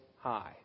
High